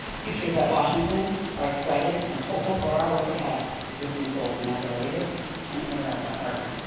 teachers at washington are excited and hopeful for our work ahead with ms. olsen as our leader and arr as our partner.